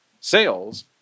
sales